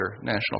National